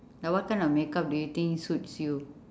like what kind of makeup do you think suits you